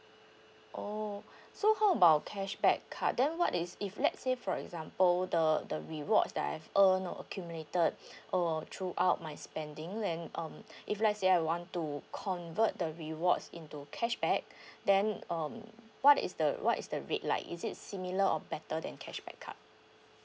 oh so how about cashback card then what is if let's say for example the the rewards that I've earned or accumulated err throughout my spending then um if let's say I want to convert the rewards into cashback then um what is the what is the rate like is it similar or better than cashback card